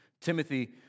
Timothy